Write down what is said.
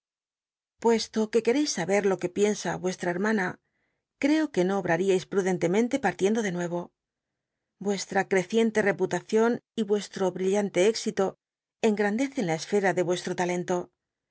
puesto que qucrcis aber lo que piensa nrcstra hermana creo que no obraríais pnulentcmenle partiendo de nueyo yuestra creciente reputacion y vuestro brillante éxito engl'andeccn la esfera de vuestro talento